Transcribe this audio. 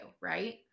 right